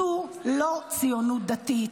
זו לא ציונות דתית.